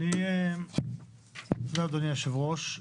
תודה, אדוני היושב-ראש.